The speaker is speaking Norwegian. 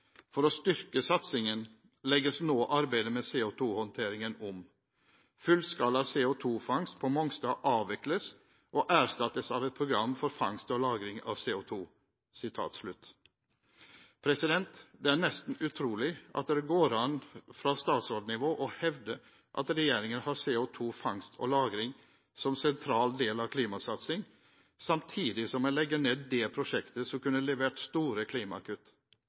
For å styrke satsingen legges nå arbeidet med CO2-håndtering om. Fullskala CO2-fangst på Mongstad avvikles og erstattes av et program for fangst og lagring av CO2.» Det er nesten utrolig at det fra statsrådnivå går an å hevde at regjeringen har CO2-fangst og -lagring som en sentral del av klimasatsing, samtidig som en legger ned det prosjektet som kunne levert store